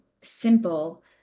simple